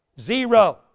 Zero